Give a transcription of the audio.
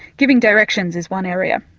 giving directions is one area.